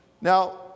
Now